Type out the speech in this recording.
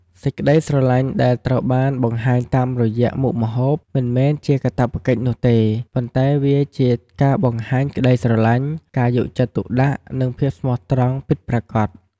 សេចក្ដីស្រឡាញ់ដែលត្រូវបានបង្ហាញតាមរយៈមុខម្ហូប មិនមែនជាកាតព្វកិច្ចនោះទេ ប៉ុន្តែវាគឺជាការបង្ហាញពីក្ដីស្រឡាញ់ ការយកចិត្តទុកដាក់ និងភាពស្មោះត្រង់ពិតប្រាកដ។